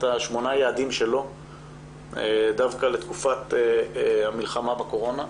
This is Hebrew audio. שמונת היעדים שלו לתקופת המלחמה בקורונה.